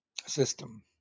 system